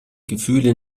gefühle